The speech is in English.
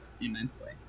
immensely